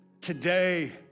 today